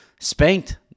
spanked